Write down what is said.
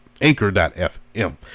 anchor.fm